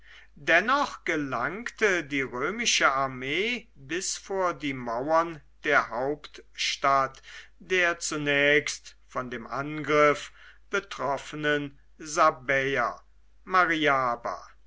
dennoch gelangte die römische armee bis vor die mauern der hauptstadt der zunächst von dem angriff betroffenen sabäer mariaba